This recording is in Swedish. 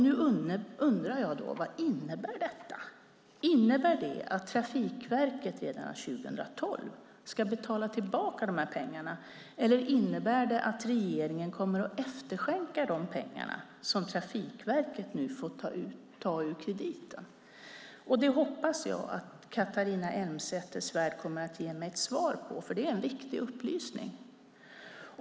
Nu undrar jag: Vad innebär detta? Innebär det att Trafikverket redan 2012 ska betala tillbaka dessa pengar, eller innebär det att regeringen kommer att efterskänka de pengar som Trafikverket nu får ta ur krediten? Det hoppas jag att Catharina Elmsäter-Svärd kommer att ge mig ett svar på, för det är en viktig upplysning.